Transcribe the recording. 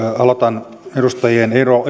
aloitan edustajien